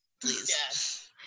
please